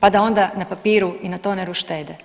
pa da onda na papiru i na toneru štede.